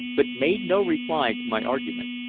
but made no reply to my argument.